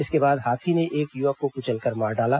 इसके बाद हाथी ने एक युवक को कुचलकर मार डाला